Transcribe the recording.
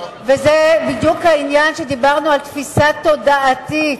וזה בדיוק העניין שדיברנו על תפיסה תודעתית.